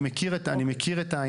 אני מכיר את זה,